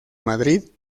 madrid